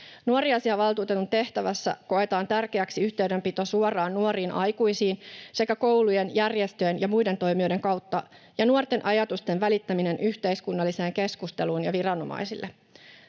Nuoriasiavaltuutetun tehtävässä koetaan tärkeäksi yhteydenpito suoraan nuoriin aikuisiin koulujen, järjestöjen ja muiden toimijoiden kautta ja nuorten ajatusten välittäminen yhteiskunnalliseen keskusteluun ja viranomaisille.